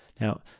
now